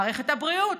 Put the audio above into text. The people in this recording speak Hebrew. מערכת הבריאות,